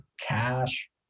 cash